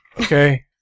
Okay